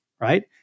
right